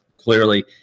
clearly